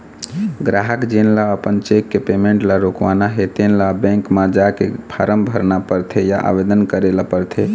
गराहक जेन ल अपन चेक के पेमेंट ल रोकवाना हे तेन ल बेंक म जाके फारम भरना परथे या आवेदन करे ल परथे